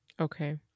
Okay